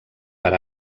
per